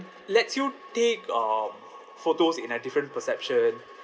lets you take um photos in a different perception